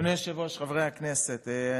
חבר הכנסת יוסף עטאונה,